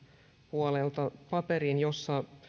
puolelta paperin jossa